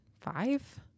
five